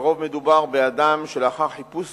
לרוב מדובר באדם שלאחר חיפוש